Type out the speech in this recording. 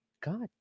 God